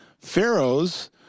Pharaoh's